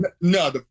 No